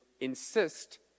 insist